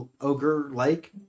ogre-like